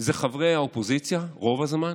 זה חברי האופוזיציה, רוב הזמן.